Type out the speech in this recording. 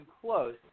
close